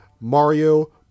Mario